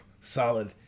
solid